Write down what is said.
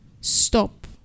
Stop